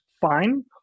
fine